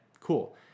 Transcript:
cool